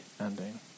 ending